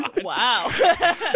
Wow